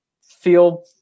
feel